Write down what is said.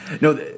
No